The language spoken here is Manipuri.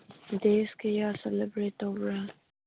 ꯗꯦꯁ ꯀꯌꯥ ꯁꯦꯂꯦꯕ꯭ꯔꯦꯠ ꯇꯧꯕ꯭ꯔꯥ